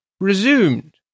resumed